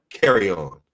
carry-on